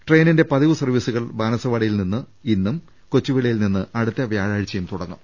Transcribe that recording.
ട്രെയിനിന്റെ പതിവ് സർവീസുകൾ ബാനസവാടിയിൽ നിന്ന് ഇന്നും കൊച്ചുവേളിയിൽ നിന്ന് അടുത്ത വ്യാഴാഴ്ച്ചയും തുടങ്ങും